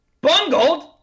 bungled